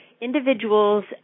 Individuals